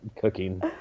cooking